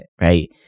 right